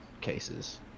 cases